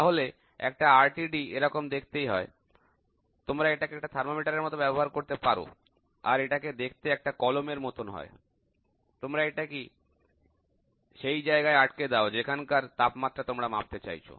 তাহলে একটা RTD এরকমই দেখতে হয় তোমরা এটাকে একটা থার্মোমিটার এর মত ব্যবহার করতে পারো আর এটাকে দেখতে একটা কলমের মতো হয় তোমরা এটা কি সেই জায়গায় আটকে দাও যেখানকার তাপমাত্রা তোমরা মাপতে চাইছো